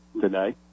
today